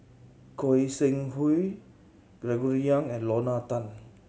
Goi Seng Hui Gregory Yong and Lorna Tan